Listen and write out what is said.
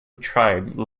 tribe